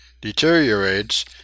deteriorates